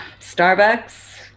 Starbucks